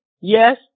Yes